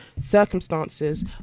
circumstances